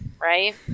right